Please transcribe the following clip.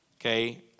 Okay